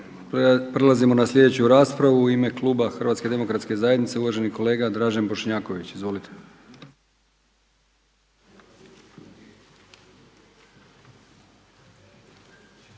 Prelazimo na sljedeću raspravu. U ime kluba HDZ-a uvaženi kolega Dražen Bošnjaković. Izvolite.